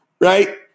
right